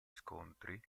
scontri